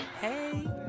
Hey